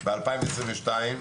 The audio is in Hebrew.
היום ב-2022.